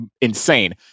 insane